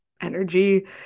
energy